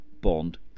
bond